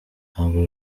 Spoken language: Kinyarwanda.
ntabwo